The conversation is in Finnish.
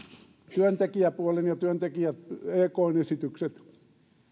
työntekijäpuolen ja työntekijät ekn esitykset